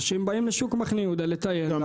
אנשים באים לשוק מחנה יהודה לטייל,